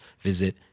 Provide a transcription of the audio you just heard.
visit